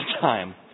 time